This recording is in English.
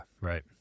right